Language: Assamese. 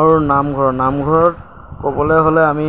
আৰু নামঘৰত নামঘৰত ক'বলৈ হ'লে আমি